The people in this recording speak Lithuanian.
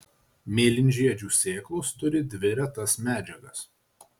mėlynžiedžių sėklos turi dvi retas medžiagas